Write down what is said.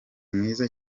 mwiza